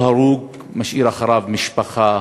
כל הרוג משאיר אחריו משפחה,